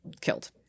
killed